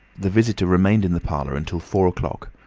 the visitor remained in the parlour until four o'clock,